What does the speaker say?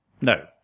No